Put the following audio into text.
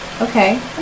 Okay